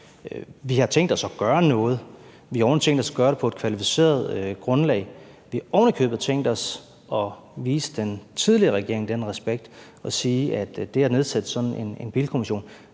Vi har tænkt os at gøre noget. Vi har ovenikøbet tænkt os at gøre det på et kvalificeret grundlag, og vi har ovenikøbet tænkt os at vise den tidligere regering den respekt at sige, at det at nedsætte sådan en bilkommission